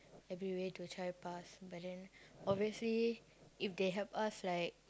every way to try pass but then obviously if they help us like